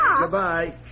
Goodbye